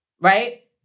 right